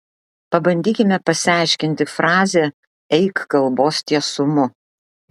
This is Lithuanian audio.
pabandykime pasiaiškinti frazę eik kalbos tiesumu